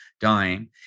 dying